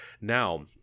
now